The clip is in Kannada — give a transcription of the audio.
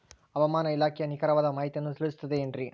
ಹವಮಾನ ಇಲಾಖೆಯ ನಿಖರವಾದ ಮಾಹಿತಿಯನ್ನ ತಿಳಿಸುತ್ತದೆ ಎನ್ರಿ?